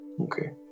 okay